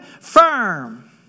firm